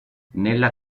nella